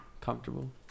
comfortable